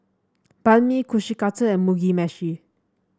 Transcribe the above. Banh Mi Kushikatsu and Mugi Meshi